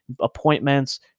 appointments